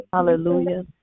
Hallelujah